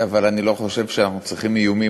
אבל אני לא חושב שאנחנו צריכים איומים